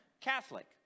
Catholic